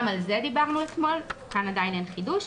גם על זה דיברנו אתמול, כאן עדיין אין חידוש.